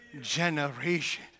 generation